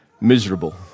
miserable